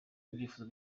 ibyifuzo